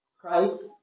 Christ